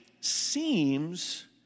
seems